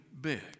big